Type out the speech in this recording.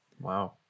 Wow